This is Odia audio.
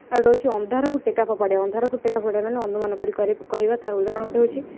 ଆଉ ଗୋଟେ ହେଉଛି ଅନ୍ଧାରକୁ ଟେକା ଫୋପାଡ଼ିବା ଅନ୍ଧାରକୁ ଟେକା ଫୋପାଡ଼ିବା ମାନେ ଅନୁମାନ କରି କହିବା ତା'ର ଉଦହରଣ ଗୋଟେ ହେଉଛି